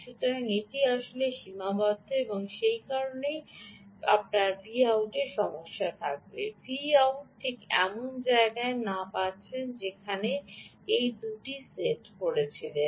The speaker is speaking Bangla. সুতরাং এটি আসলে সীমাবদ্ধ এবং এই কারণেই আপনার Vout সমস্যা হতে থাকবে Vout ঠিক এমন জায়গায় না পাচ্ছেন যেখানে আপনি এটি দুটি সেট করেছিলেন